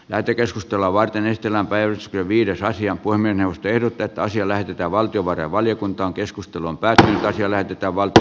lähetekeskustelua varten etelään vers leviidesaisia voimme tehdä tätä asia lähetetään valtiovarainvaliokuntaan keskustelun pääteema tiellä itävalta